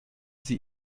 sie